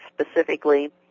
specifically